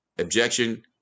Objection